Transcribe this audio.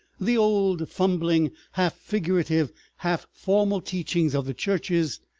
the old fumbling, half-figurative, half-formal teaching of the churches,